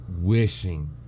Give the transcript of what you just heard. wishing